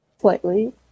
Slightly